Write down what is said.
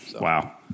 Wow